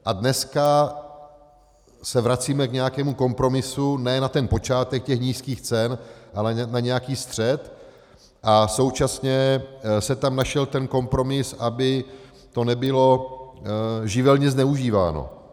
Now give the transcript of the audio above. A dneska se vracíme k nějakému kompromisu, ne na počátek těch nízkých cen, ale na nějaký střed, a současně se tam našel kompromis, aby to nebylo živelně zneužíváno.